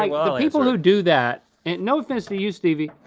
i mean people who do that, and no offense to you, stevie,